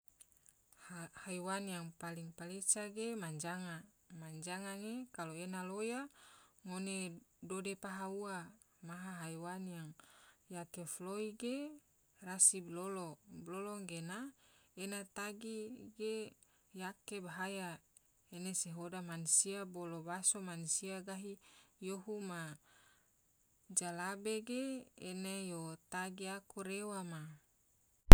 Haiwan yang paling paleca ge manjanga, manjanga ge kalo ena loya ge ngone dode paha ua, maha haiwan yang yake foloi ge rasi bilolo, bilolo gena ena tagi ge yake bahaya ene se hoda mansia bolo baso mansia gahi yohu ma jalabe ge ene yo tagi aku rewa ma.